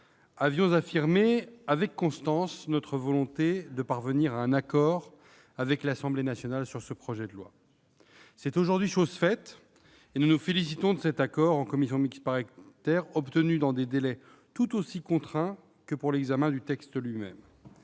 avions affirmé avec constance notre volonté de parvenir à un accord avec l'Assemblée nationale sur ce projet de loi. C'est aujourd'hui chose faite, et nous nous félicitons de cet accord en commission mixte paritaire obtenu dans des délais tout aussi contraints que pour l'examen du texte lui-même.